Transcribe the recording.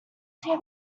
see